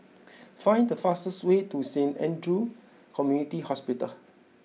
find the fastest way to Saint Andrew's Community Hospital